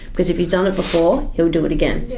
cause if he's done it before, he'll do it again.